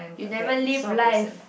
you never live life